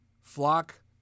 flock